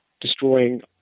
destroying